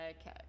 Okay